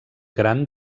gran